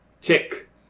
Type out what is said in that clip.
Tick